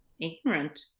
ignorant